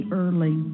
early